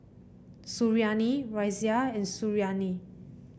Suriani Raisya and Suriani